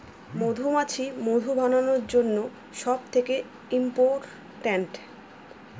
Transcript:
মধুমাছি মধু বানানোর জন্য সব থেকে ইম্পোরট্যান্ট